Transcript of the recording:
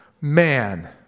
man